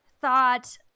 thought